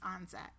onset